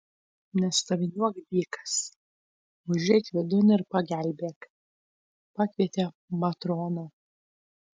nestoviniuok dykas užeik vidun ir pagelbėk pakvietė matrona